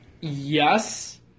Yes